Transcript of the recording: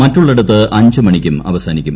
മറ്റുള്ളിടത്ത് അഞ്ചു മണിക്കും അവസാനിക്കും